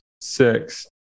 six